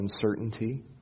uncertainty